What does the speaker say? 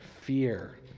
fear